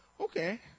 okay